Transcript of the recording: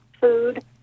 food